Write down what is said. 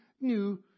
new